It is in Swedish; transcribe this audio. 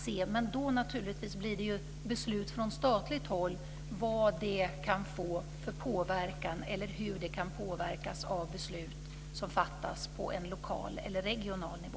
Det blir då fråga om hur beslut från statligt håll kan påverkas av beslut som fattas på en lokal eller regional nivå.